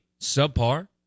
subpar